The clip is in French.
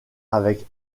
avec